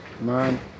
man